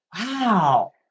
wow